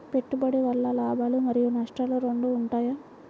పెట్టుబడి వల్ల లాభాలు మరియు నష్టాలు రెండు ఉంటాయా?